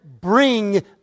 bring